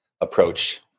approach